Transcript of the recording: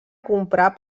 comprar